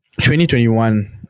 2021